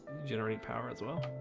generate power as well